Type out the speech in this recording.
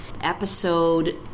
episode